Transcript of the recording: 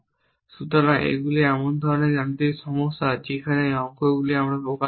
সুতরাং এগুলি এমন ধরণের গাণিতিক সমস্যা যেখানে আমরা অঙ্কগুলি প্রকাশ করিনি